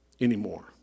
anymore